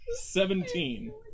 Seventeen